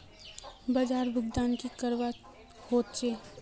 बाजार भुगतान की करवा होचे?